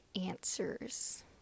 answers